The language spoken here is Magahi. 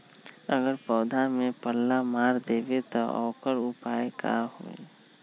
अगर पौधा में पल्ला मार देबे त औकर उपाय का होई?